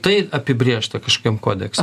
tai apibrėžta kažkokiam kodekse